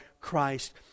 Christ